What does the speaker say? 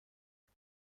صبر